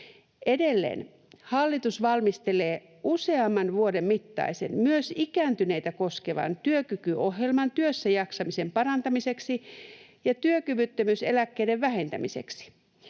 Hallitus valmistelee useamman vuoden mittaisen, myös ikääntyneitä koskevan työkykyohjelman työssä jaksamisen parantamiseksi ja työkyvyttömyyseläkkeiden vähentämiseksi.